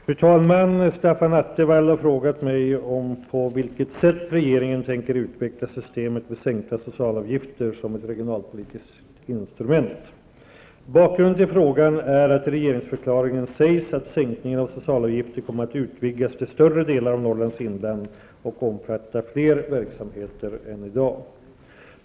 Fru talman! Stefan Attefall har frågat mig om på vilket sätt regeringen tänker utveckla systemet med sänkta socialavgifter som ett regionalpolitiskt instrument. Bakgrunden till frågan är att i regeringsförklaringen sägs att sänkningen av socialavgifter kommer att utvidgas till större delar av Norrlands inland och omfatta fler verksamheter än i dag.